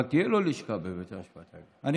אבל תהיה לו לשכה בבית המשפט העליון.